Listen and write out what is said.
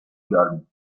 galon